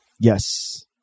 yes